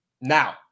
Now